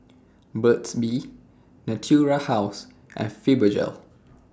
Burt's Bee Natura House and Fibogel